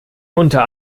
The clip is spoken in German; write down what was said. unter